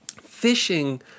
Fishing